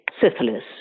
syphilis